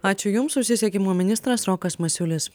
ačiū jums susisiekimo ministras rokas masiulis